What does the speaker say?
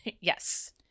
Yes